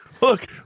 look